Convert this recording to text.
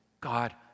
God